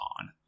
on